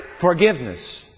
Forgiveness